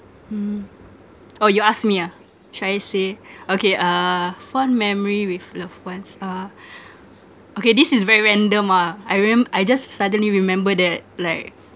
mm oh you ask me ah should I say okay uh fond memory with loved ones uh okay this is very random ah I remem~ I just suddenly remember that like